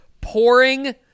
pouring